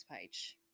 page